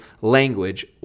language